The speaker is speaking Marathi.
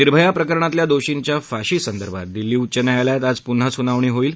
निर्भया प्रकरणातल्या दोषींच्या फाशी संदर्भात दिल्ली उच्च न्यायालयात आज पुन्हा सुनावणी होणार आहे